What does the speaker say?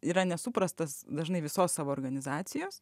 yra nesuprastas dažnai visos savo organizacijos